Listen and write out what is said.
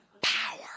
power